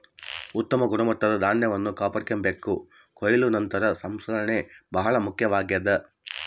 ಉತ್ತಮ ಗುಣಮಟ್ಟದ ಧಾನ್ಯವನ್ನು ಕಾಪಾಡಿಕೆಂಬಾಕ ಕೊಯ್ಲು ನಂತರದ ಸಂಸ್ಕರಣೆ ಬಹಳ ಮುಖ್ಯವಾಗ್ಯದ